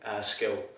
skill